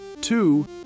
two